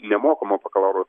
nemokamo bakalauro